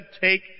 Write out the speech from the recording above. take